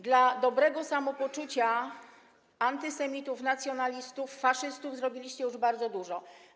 Dla dobrego samopoczucia antysemitów, nacjonalistów, faszystów zrobiliście już bardzo dużo.